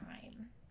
time